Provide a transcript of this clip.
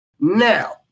Now